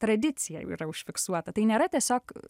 tradicija jau yra užfiksuota tai nėra tiesiog